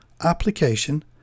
application